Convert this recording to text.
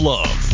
Love